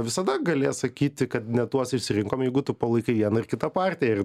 visada galės sakyti kad ne tuos išsirinkom jeigu tu palaikai vieną ar kitą partiją ir